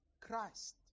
Christ